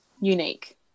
unique